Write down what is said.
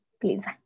please